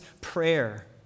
prayer